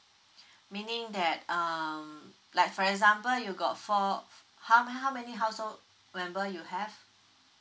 meaning that um like for example you got four how how many household member you have